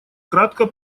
кратко